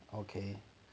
okay